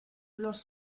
los